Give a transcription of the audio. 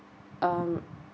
um